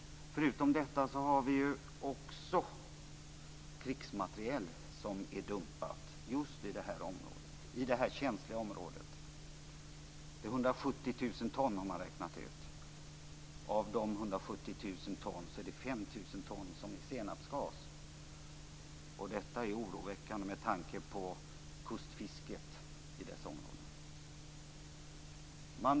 Förutom detta har vi också krigsmateriel som är dumpat just i detta känsliga område. Det är 170 000 ton, har man räknat ut. Av de 170 000 tonnen är det 5 000 ton som är senapsgas. Detta är oroväckande med tanken på kustfisket i dessa områden.